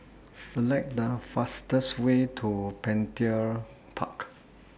Select The fastest Way to Petir Park